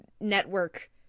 network